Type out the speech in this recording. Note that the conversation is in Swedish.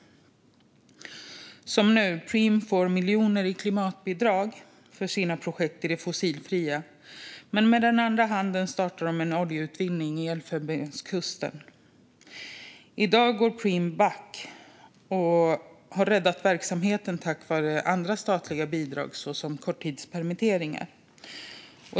Nu får Preem miljoner i klimatbidrag för sina projekt med det fossilfria. Men med andra handen startar de oljeutvinning i Elfenbenskusten. I dag går Preem back, och man har räddat verksamheten tack vare andra statliga bidrag såsom till korttidspermitteringar.